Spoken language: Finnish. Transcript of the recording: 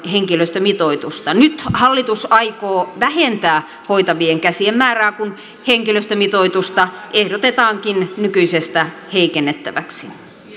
henkilöstömitoitusta nyt hallitus aikoo vähentää hoitavien käsien määrää kun henkilöstömitoitusta ehdotetaankin nykyisestä heikennettäväksi